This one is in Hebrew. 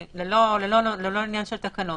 זה לא עניין של תקנות.